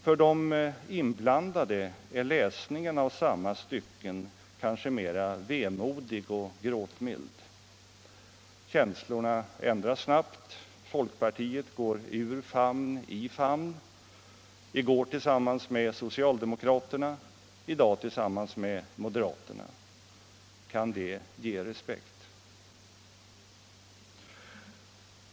För de inblandade är läsningen av samma stycken kanske mera vemodig och gråtmild. Känslorna ändras snabbt. Folkpartiet går ur famn i famn. I går tillsammans med socialdemokraterna, i dag tillsammans med moderaterna. Kan det ge respekt?